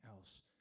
else